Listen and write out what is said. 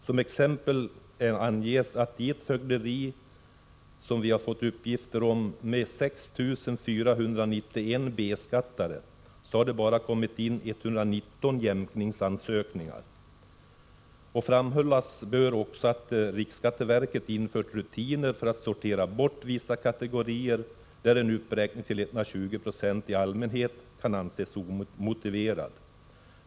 Som exempel anges att det i ett fögderi med 6 491 B-skattare bara har kommit in 119 jämkningsansökningar. Framhållas bör också att riksskatteverket infört rutiner för att sortera bort vissa kategorier när en uppräkning till 12096 i allmänhet kan anses omotiverad.